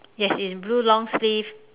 yes in blue long sleeve